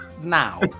now